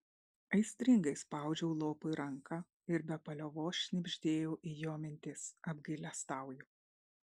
aistringai spaudžiau lopui ranką ir be paliovos šnibždėjau į jo mintis apgailestauju